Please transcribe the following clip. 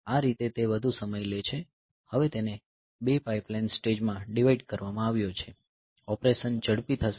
આ રીતે તે વધુ સમય લે છે હવે તેને 2 પાઈપલાઈન સ્ટેજ માં ડિવાઈડ કરવામાં આવ્યો છે ઓપરેશન ઝડપી થશે